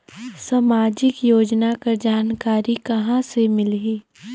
समाजिक योजना कर जानकारी कहाँ से मिलही?